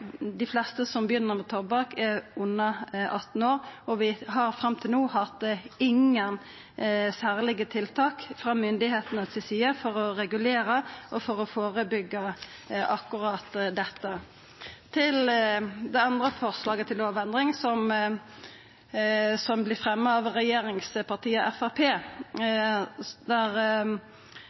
Dei fleste som begynner med tobakk, er under 18 år, og vi har fram til no ikkje hatt særlege tiltak frå myndigheitene si side for å regulera og førebyggja akkurat dette. Til det andre forslaget til lovendring, som vert fremja av regjeringspartiet